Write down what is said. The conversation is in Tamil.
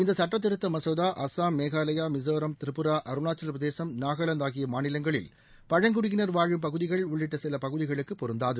இந்த சுட்ட திருத்த மசோதா அசாம் மேகாலயா மிசோராம் திரிபுரா அருணாச்சலப்பிரதேசம் நாகாலாந்து ஆகிய மாநிலங்களில் பழங்குடியினர் வாழும் பகுதிகள் உள்ளிட்ட சில பகுதிகளுக்கு பொருந்தாது